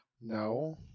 No